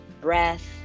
breath